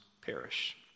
perish